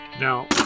Now